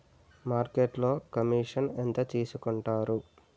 మార్కెట్లో కమిషన్ ఎంత తీసుకొంటారు?